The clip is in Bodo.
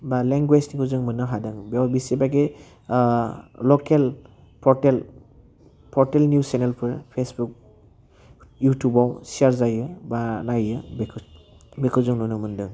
बा लेंगुवेसखौ जों मोननो हादों बेयाव बिसिबागे लकेल पर्टेल पर्टेल निउस चेनेलफोर फेसबुक इउथुबाव सियार जायो बा नायो बेखौ बेखौ जों नुनो मोन्दों